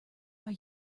are